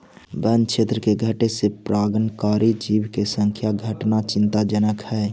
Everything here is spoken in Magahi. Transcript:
वन्य क्षेत्र के घटे से परागणकारी जीव के संख्या घटना चिंताजनक हइ